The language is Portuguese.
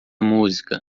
música